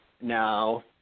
now